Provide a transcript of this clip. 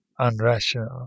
unrational